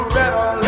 better